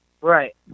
Right